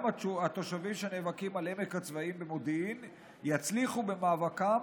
גם התושבים שנאבקים על עמק הצבאים במודיעין יצליחו במאבקם,